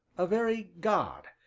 a very god,